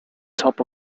top